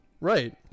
Right